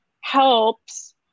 helps